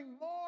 more